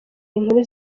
inkuru